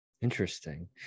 interesting